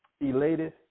elated